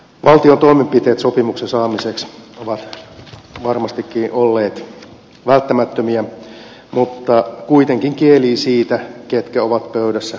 valtion toimenpiteet sopimuksen saamiseksi ovat varmastikin olleet välttämättömiä mutta kuitenkin kielivät siitä ketkä ovat pöydässä olleet sopimassa